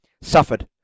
suffered